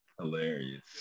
Hilarious